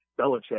Belichick